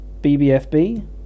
BBFB